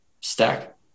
stack